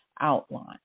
outline